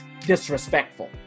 disrespectful